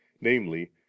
namely